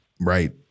right